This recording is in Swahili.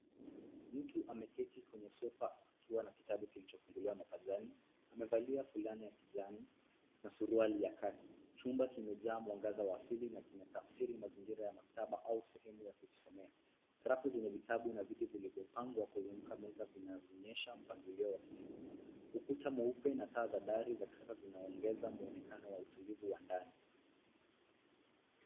Mtu ameketi kwenye sofa akiwa na kitabu kilichofunguliwa mapajani. Amevalia fulana ya kijani na suruali ya kaki. Chumba kimejaa mwangaza wa asili na kina tafsiri mazingira ya maktaba au sehemu ya kujisomea. Rafu zenye vitabu na viti vilivyopangwa kuzunguka meza vinaonyesha mpangilio wa kujifunza. Ukuta mweupe na taa za dari za kisasa zinaongeza muonekano wa utulivu wa ndani.